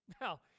Now